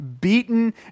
beaten